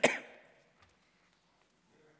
אדוני